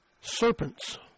serpents